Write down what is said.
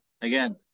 again